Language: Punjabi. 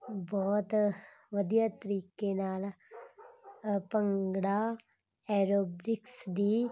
ਬਹੁਤ ਵਧੀਆ ਤਰੀਕੇ ਨਾਲ ਭੰਗੜਾ ਐਰੋਬਿਕਸ ਦੀ